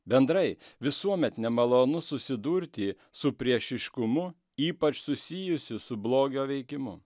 bendrai visuomet nemalonu susidurti su priešiškumu ypač susijusių su blogio veikimu